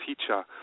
teacher